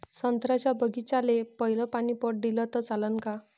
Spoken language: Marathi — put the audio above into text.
संत्र्याच्या बागीचाले पयलं पानी पट दिलं त चालन का?